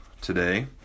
today